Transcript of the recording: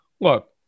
look